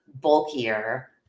bulkier